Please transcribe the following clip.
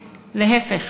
להפך,